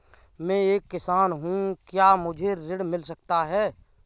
मैं एक किसान हूँ क्या मुझे ऋण मिल सकता है?